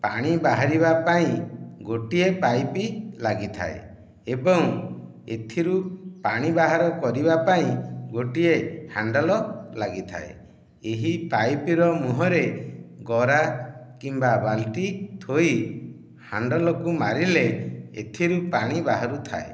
ପାଣି ବାହାରିବା ପାଇଁ ଗୋଟିଏ ପାଇପ ଲାଗିଥାଏ ଏବଂ ଏଥିରୁ ପାଣି ବାହାର କରିବା ପାଇଁ ଗୋଟିଏ ହାଣ୍ଡେଲ ଲାଗିଥାଏ ଏହି ପାଇପ ର ମୁହଁ ରେ ଗରା କିମ୍ବା ବାଲଟି ଥୋଇ ହାଣ୍ଡେଲ କୁ ମାରିଲେ ଏଥିରୁ ପାଣି ବାହାରିଥାଏ